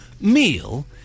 meal